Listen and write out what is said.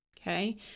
Okay